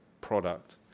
product